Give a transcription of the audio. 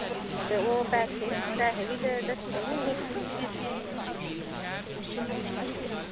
ते ओह् पैसे पैहे बी ते दस्सी ओड़ो निं